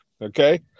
okay